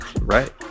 Right